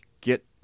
get